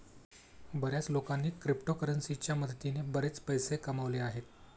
बर्याच लोकांनी क्रिप्टोकरन्सीच्या मदतीने बरेच पैसे कमावले आहेत